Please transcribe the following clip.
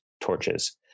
torches